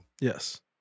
yes